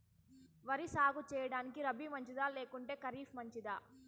వరి సాగు సేయడానికి రబి మంచిదా లేకుంటే ఖరీఫ్ మంచిదా